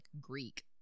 Greek